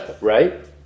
Right